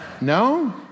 No